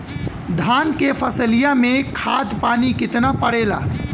धान क फसलिया मे खाद पानी कितना पड़े ला?